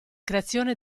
creazione